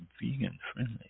vegan-friendly